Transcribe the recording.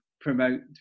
promote